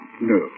No